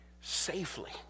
safely